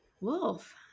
wolf